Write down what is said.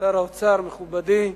שר האוצר מכובדי,